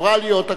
סקטוריאליות,